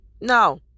No